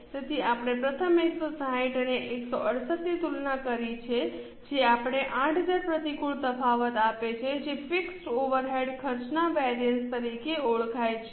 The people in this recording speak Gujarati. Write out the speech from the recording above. તેથી આપણે પ્રથમ 160 અને 168 ની તુલના કરી છે જે આપણને 8000 પ્રતિકૂળ તફાવત આપે છે જે ફિક્સ ઓવરહેડ ખર્ચના વેરિઅન્સ તરીકે ઓળખાય છે